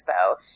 Expo